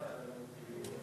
מה זה?